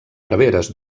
preveres